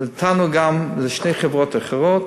נתנו גם לשתי חברות אחרות,